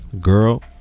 Girl